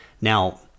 now